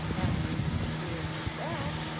after he grew weary of that,